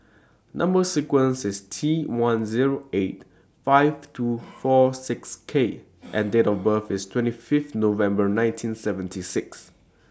Number sequence IS T one Zero eight five two four six K and Date of birth IS twenty five November nineteen seventy six